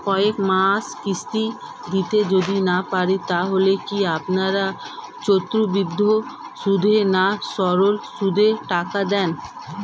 কয়েক মাস কিস্তি দিতে যদি না পারি তাহলে কি আপনারা চক্রবৃদ্ধি সুদে না সরল সুদে টাকা দেন?